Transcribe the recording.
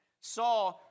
Saw